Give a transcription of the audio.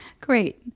Great